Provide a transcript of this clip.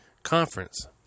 conference